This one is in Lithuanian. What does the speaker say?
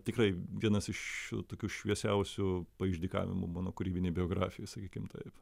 tikrai vienas iš tokių šviesiausių paišdykavimų mano kūrybinėj biografijoj sakykim taip